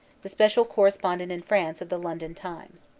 the special correspondent in france of the london times.